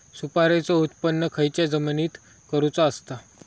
सुपारीचा उत्त्पन खयच्या जमिनीत करूचा असता?